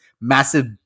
massive